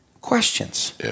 questions